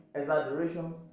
exaggeration